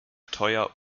teuer